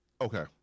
okay